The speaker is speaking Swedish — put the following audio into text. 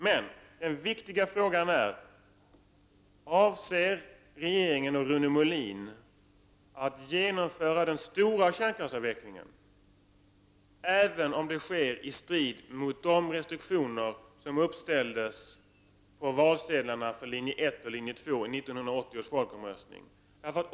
Men den viktiga frågan är: Avser regeringen och Rune Molin att genomföra den stora kärnkraftsavvecklingen, även om det blir i strid med de restriktioner som hade uppställts på valsedlarna för linje 1 och linje 2 i 1980 års folkomröstning?